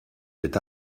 cet